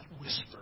whisper